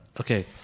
okay